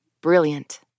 Brilliant